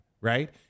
right